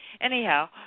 Anyhow